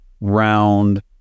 round